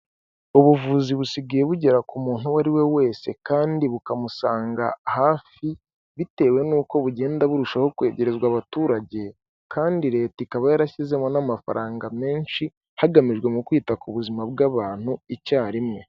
Ubuvuzi busigaye bugera ku muntu uwo ari we wese kandi bukamusanga hafi, bitewe n'uko bugenda burushaho kwegerezwa abaturage kandi leta ikaba yarashyizemo n'amafaranga menshi, hagamijwe mu kwita ku buzima bw'abantu icyarimwe.